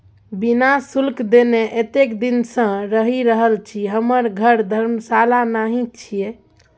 बिना शुल्क देने एतेक दिन सँ रहि रहल छी हमर घर धर्मशाला नहि छै